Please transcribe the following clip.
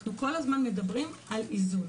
אנחנו כל הזמן מדברים על איזון.